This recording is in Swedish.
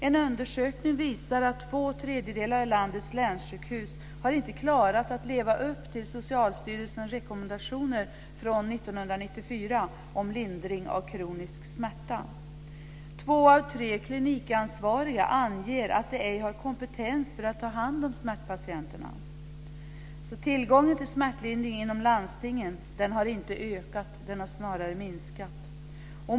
En undersökning visar att två tredjedelar av landets länssjukhus inte har klarat att leva upp till Två av tre klinikansvariga anger att de ej har kompetens för att ta hand om smärtpatienter. Tillgången till smärtlindring inom landstingen har inte ökat, snarare minskat.